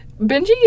Benji